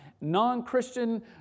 non-Christian